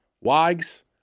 Wags